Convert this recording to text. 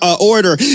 order